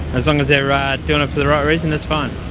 as long as they're doing it for the right reason, that's fine.